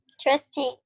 Trusty